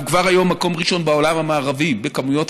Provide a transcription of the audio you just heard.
כבר היום אנחנו במקום הראשון בעולם המערבי בכמויות